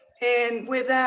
and with